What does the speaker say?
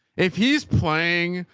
if he's playing,